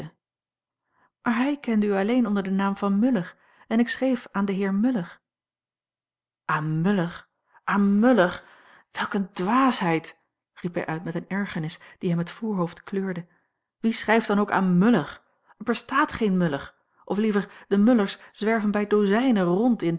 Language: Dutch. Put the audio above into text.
hij kende u alleen onder den naam van muller en ik schreef aan den heer muller aan muller aan muller welk een dwaasheid riep hij uit met eene ergernis die hem het voorhoofd kleurde wie schrijft dan ook aan muller er bestaat geen muller of liever de mullers zwerven bij dozijnen rond